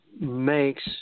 makes